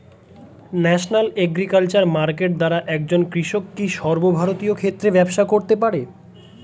National agriculture market দ্বারা একজন কৃষক কি সর্বভারতীয় ক্ষেত্রে ব্যবসা করতে পারে?